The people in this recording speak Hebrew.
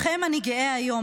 בכם אני גאה היום.